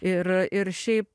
ir ir šiaip